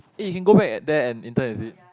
eh can go back eh there and intern is it